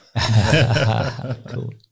cool